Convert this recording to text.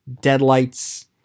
Deadlights